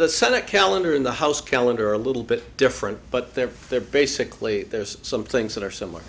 the senate calendar in the house calendar a little bit different but they're there basically there's some things that are some of